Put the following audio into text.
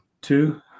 two